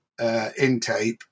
Intape